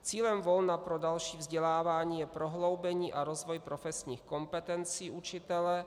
Cílem volna pro další vzdělávání je prohloubení a rozvoj profesních kompetencí učitele.